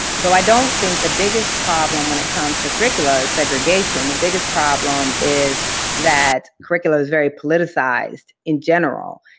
though i don't think the biggest problem when it comes to curricula is segregation. the biggest problem is that curricula is very politicized in general,